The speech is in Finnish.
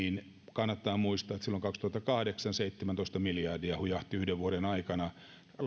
kannattaa muistaa että silloin kaksituhattakahdeksan hujahti seitsemäntoista miljardia yhden vuoden aikana